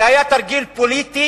זה היה תרגיל פוליטי,